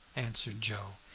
answered joe.